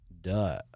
duh